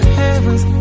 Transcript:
heavens